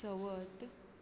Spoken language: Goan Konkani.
चवथ